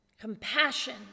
Compassion